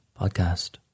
podcast